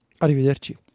Arrivederci